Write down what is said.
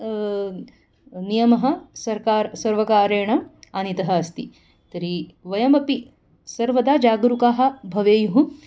नियमः सर्कार सर्वकारेण आनीतः अस्ति तर्हि वयमपि सर्वदा जागरूकाः भवेयुः